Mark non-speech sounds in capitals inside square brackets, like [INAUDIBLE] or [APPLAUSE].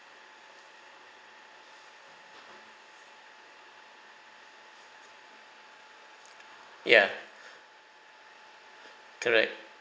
ya [BREATH] correct